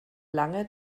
lange